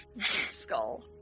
skull